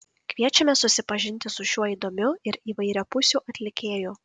kviečiame susipažinti su šiuo įdomiu ir įvairiapusiu atlikėju